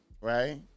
right